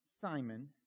Simon